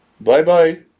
bye-bye